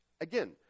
Again